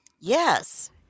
yes